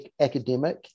academic